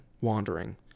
wandering